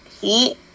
Heat